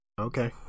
Okay